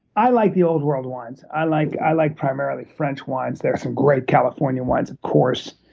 i like the old world wines. i like i like primarily french wines. there are some great california wines of course,